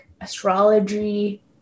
astrology